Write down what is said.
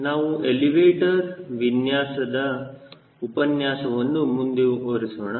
ನಾವು ಎಲಿವೇಟರ್ ವಿನ್ಯಾಸದ ಉಪನ್ಯಾಸವನ್ನು ಮುಂದುವರಿಸೋಣ